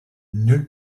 nulle